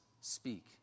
speak